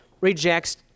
rejects